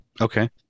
Okay